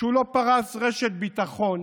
שהוא לא פרס רשת ביטחון?